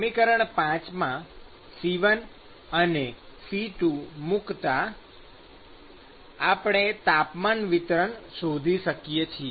સમીકરણ ૫ માં C1 અને C2 મુક્તા આપણે તાપમાન વિતરણ શોધી શકીએ છીએ